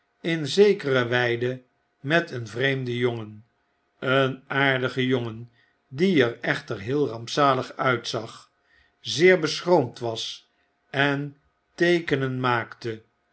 in zekere weide met een vreemden jongen een aardigen jongen die er echter heel rampzalig uitzag zeer beschroomd was en teekenen maakte